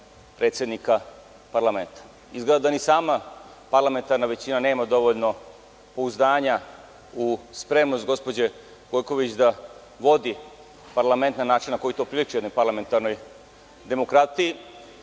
predsednika parlamenta. Izgleda da ni sama parlamentarna većina nema dovoljno pouzdanja u spremnost gospođe Gojković da vodi parlament na način na koji to priliči jednoj parlamentarnoj demokratiji.